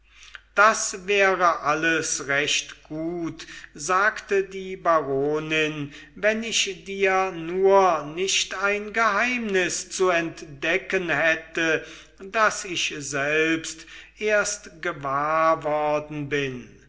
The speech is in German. das wäre alles recht gut sagte die baronin wenn ich dir nur nicht ein geheimnis zu entdecken hätte das ich selbst erst gewahr worden bin